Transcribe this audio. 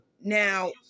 Now